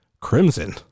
Crimson